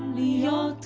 the yom